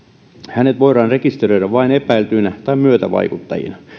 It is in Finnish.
hänet voidaan rekisteröidä vain epäiltynä tai myötävaikuttajana